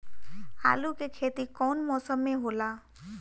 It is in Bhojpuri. आलू के खेती कउन मौसम में होला?